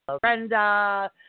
Brenda